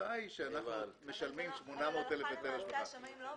התוצאה היא שאנחנו משלמים 800 אלף היטל השבחה.